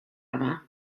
yma